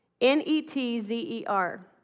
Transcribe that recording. N-E-T-Z-E-R